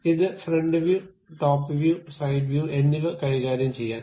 ഇത് front view top view side view എന്നിവ കൈകാര്യം ചെയ്യാൻ